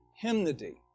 hymnody